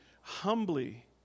humbly